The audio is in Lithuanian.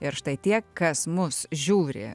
ir štai tie kas mus žiūri